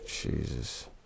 Jesus